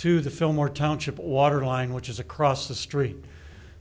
to the fillmore township water line which is across the street